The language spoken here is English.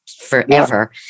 forever